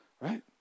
Right